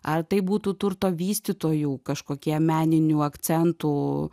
ar tai būtų turto vystytojų kažkokie meninių akcentų